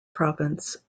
province